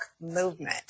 movement